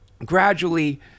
Gradually